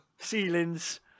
ceilings